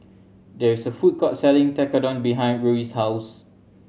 there is a food court selling Tekkadon behind Ruie's house